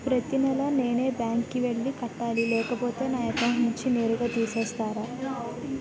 ప్రతి నెల నేనే బ్యాంక్ కి వెళ్లి కట్టాలి లేకపోతే నా అకౌంట్ నుంచి నేరుగా తీసేస్తర?